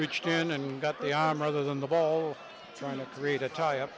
reached in and got it i'm rather than the ball trying to create a tie up